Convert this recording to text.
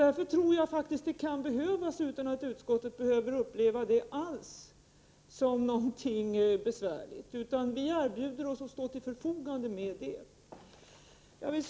Därför tror jag faktiskt att detta kan behövas utan att utskottet behöver uppleva det som något besvärligt. Vi erbjuder oss att stå till förfogande med information.